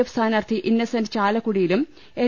F സ്ഥാനാർത്ഥി ഇന്നസെന്റ് ചാലക്കുടിയിലും N